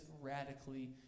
radically